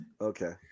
Okay